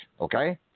Okay